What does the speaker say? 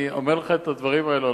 אני אומר לך את הדברים האלה,